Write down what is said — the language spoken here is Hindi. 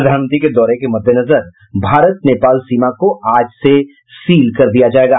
प्रधानमंत्री के दौरे के मद्देनजर भारत नेपाल सीमा को आज से सील कर दिया जायेगा